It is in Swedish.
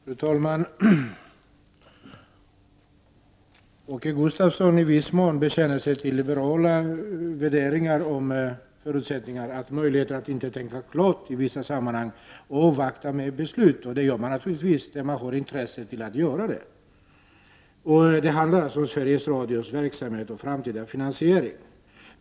Fru talman! Åke Gustavsson bekände sig i princip till liberala uppfattningar om möjligheten att i vissa sammanhang inte kunna tänka klart och om nödvändigheten av att avvakta med beslut. Avvaktar gör man naturligtvis om man har intresse av det. Det handlar alltså om Sveriges Radios verksamhet och framtida finansiering.